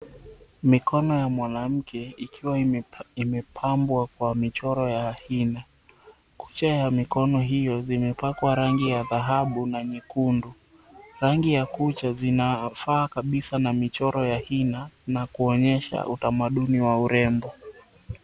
Mikono ya mwanamke, ikiwa imepambwa kwa michoro ya hina. Kucha ya mikono hiyo, zimepakwa rangi ya dhahabu na nyekundu. Rangi ya kucha zinafaa kabisa na michoro ya hina, na kuonyesha utamaduni wa urembo.